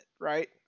Right